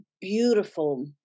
beautiful